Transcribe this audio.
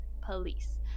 police